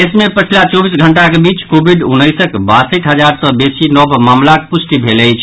देश मे पछिला चौबीस घंटाक बीच कोविड उन्नैसक बासठि हजार सँ बेसी नव मामिलाक पुष्टि भेल अछि